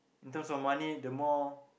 in terms of money the more